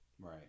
Right